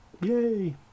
Yay